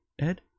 Ed